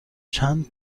چند